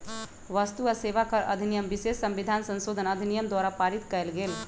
वस्तु आ सेवा कर अधिनियम विशेष संविधान संशोधन अधिनियम द्वारा पारित कएल गेल